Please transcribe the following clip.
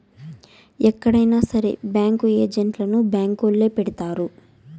ఎక్కడైనా సరే బ్యాంకు ఏజెంట్లను బ్యాంకొల్లే పెడతారు